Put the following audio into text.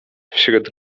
wśród